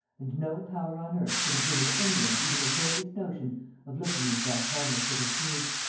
and no power on earth could have given any one even the vaguest notion of looking into that harmless little cube.